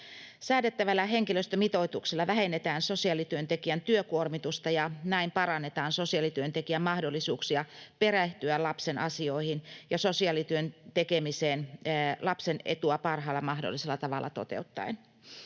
Säädettävällä henkilöstömitoituksella vähennetään sosiaalityöntekijän työkuormitusta ja näin parannetaan sosiaalityöntekijän mahdollisuuksia perehtyä lapsen asioihin ja sosiaalityön tekemiseen lapsen etua parhaalla mahdollisella tavalla toteuttaen.